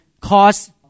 cause